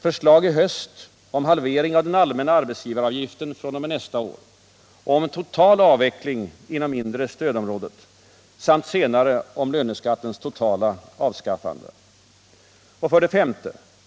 Förslag i höst om halvering av den allmänna arbetsgivaravgiften fr.o.m. nästa år och om en total avveckling inom inre stödområdet samt senare om löneskattens totala avskaffande. 5.